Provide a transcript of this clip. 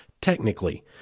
technically